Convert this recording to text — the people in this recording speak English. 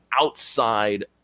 outside